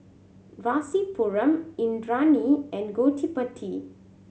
Rasipuram Indranee and Gottipati